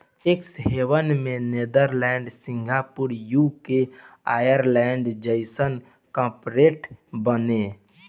tax haven में Netherlands, Singapore, UK, Ireland जइसन corporate बाने